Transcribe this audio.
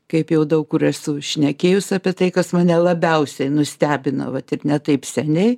kaip jau daug kur esu šnekėjus apie tai kas mane labiausiai nustebino vat ir ne taip seniai